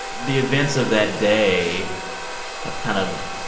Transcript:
the events of that day have kind of,